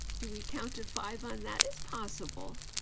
do we count to five on that? is possible.